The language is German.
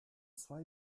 zwei